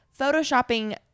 photoshopping